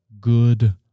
good